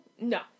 No